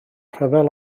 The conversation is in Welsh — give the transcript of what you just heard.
rhyfel